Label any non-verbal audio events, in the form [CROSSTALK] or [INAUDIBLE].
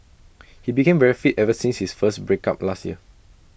[NOISE] he became very fit ever since his break up last year